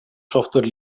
software